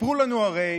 סיפרו לנו הרי